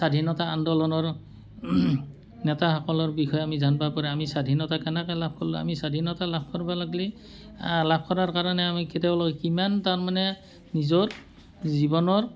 স্বাধীনতা আন্দোলনৰ নেতাসকলৰ বিষয়ে আমি জানিব পাৰো আমি স্বাধীনতা কেনেকৈ লাভ কৰিলোঁ আমি স্বাধীনতা লাভ কৰিব লাগিলে লাভ কৰাৰ কাৰণে আমি কেতিয়া লো কিমান তাৰমানে নিজৰ জীৱনৰ